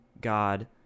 God